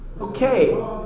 Okay